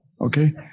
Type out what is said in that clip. okay